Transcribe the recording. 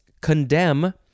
Condemn